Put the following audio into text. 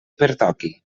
pertoqui